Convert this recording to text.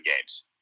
games